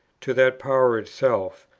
to that power itself,